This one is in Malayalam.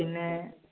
പിന്നെ